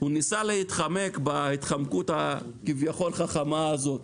הוא ניסה להתחמק בהתחמקות הכביכול חכמה הזאת,